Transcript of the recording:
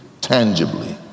tangibly